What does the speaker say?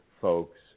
folks